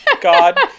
God